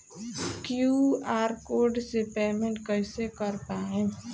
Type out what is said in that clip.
QR code से payment कईसे कर पाएम?